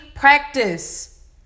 practice